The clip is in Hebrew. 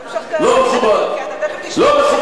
לא אמשוך את ההערה כי אתה תיכף תשמע את, לא מכובד.